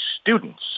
students